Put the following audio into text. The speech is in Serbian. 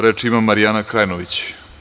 Reč ima Marijana Krajnović.